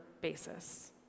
basis